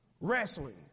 Wrestling